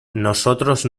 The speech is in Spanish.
nosotros